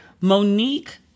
Monique